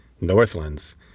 northlands